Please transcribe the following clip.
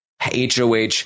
HOH